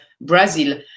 Brazil